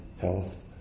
health